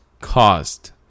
Caused